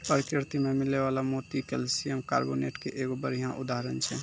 परकिरति में मिलै वला मोती कैलसियम कारबोनेट के एगो बढ़िया उदाहरण छै